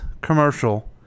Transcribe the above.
commercial